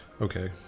okay